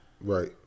Right